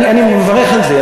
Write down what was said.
אני מברך על זה,